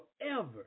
forever